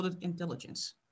intelligence